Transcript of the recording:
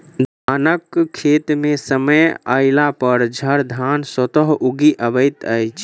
धानक खेत मे समय अयलापर झड़धान स्वतः उगि अबैत अछि